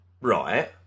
Right